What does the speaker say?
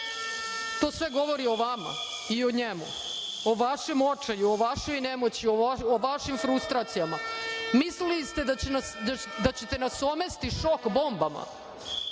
To sve govori o vama i o njemu, o vašem očaju, o vašoj nemoći, o vašim frustracijama. Mislili ste da ćete nas omesti šok bombama,